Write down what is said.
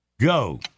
go